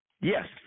Yes